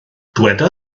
dyweda